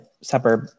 suburb